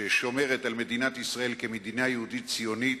ששומרת על מדינת ישראל כמדינה יהודית ציונית,